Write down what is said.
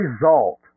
result